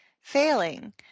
failing